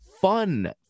fun